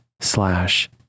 slash